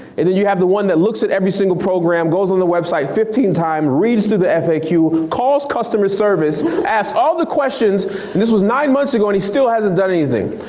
and then you have the one that looks at every single program goes on the website fifteen times, reads through the faq, calls customer service, asks all the questions and this was nine months ago and he still hasn't done anything.